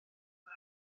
dda